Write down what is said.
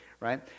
Right